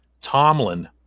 Tomlin